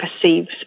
perceives